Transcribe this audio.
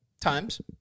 times